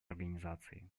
организации